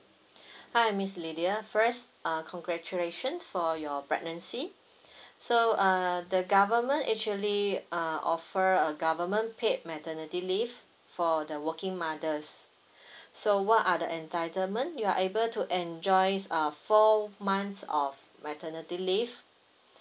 hi miss lydia first uh congratulations for your pregnancy so uh the government actually uh offer a government paid maternity leave for the working mothers so what are the entitlement you are able to enjoy s~ uh four months of my maternity leave